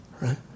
right